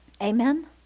Amen